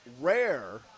rare